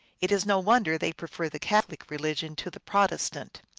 it is no wonder they prefer the catholic religion to the protestant.